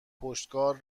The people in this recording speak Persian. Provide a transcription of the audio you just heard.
پشتکار